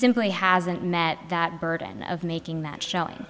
simply hasn't met that burden of making that shelling